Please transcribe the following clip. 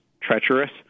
treacherous